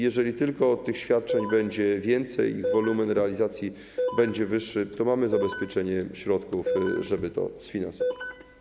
Jeżeli tych świadczeń będzie więcej, ich wolumen realizacji będzie wyższy, to mamy zabezpieczone środki, żeby to sfinansować.